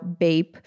Bape